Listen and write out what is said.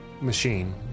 machine